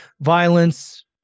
violence